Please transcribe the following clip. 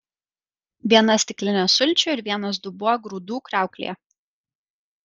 viena stiklinė sulčių ir vienas dubuo grūdų kriauklėje